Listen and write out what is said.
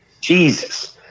Jesus